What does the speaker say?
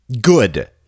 Good